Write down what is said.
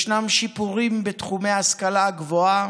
ישנם שיפורים בתחומי ההשכלה הגבוהה,